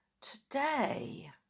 today